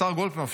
השר גולדקנופ,